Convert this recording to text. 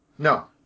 No